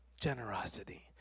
generosity